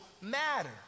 matter